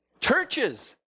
Churches